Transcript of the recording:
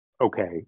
okay